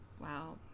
Wow